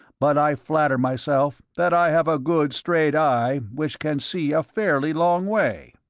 but i flatter myself that i have a good straight eye which can see a fairly long way.